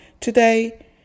today